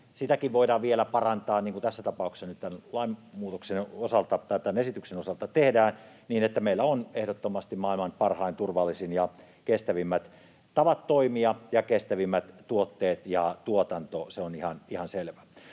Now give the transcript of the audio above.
toimia voidaan vielä parantaa, niin kuin tässä tapauksessa nyt tämän esityksen osalta tehdään, niin että meillä on ehdottomasti maailman parhaimmat, turvallisimmat ja kestävimmät tavat toimia ja kestävimmät tuotteet ja tuotanto. Se on ihan selvä.